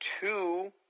two